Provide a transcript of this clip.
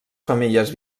femelles